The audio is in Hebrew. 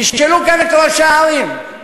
תשאלו כאן את ראשי הערים.